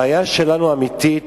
הבעיה האמיתית